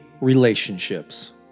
relationships